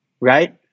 right